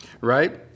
right